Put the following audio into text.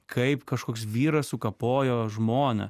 kaip kažkoks vyras sukapojo žmoną